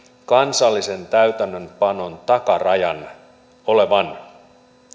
kansallisen täytäntöönpanon takarajan olevan